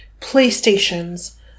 PlayStations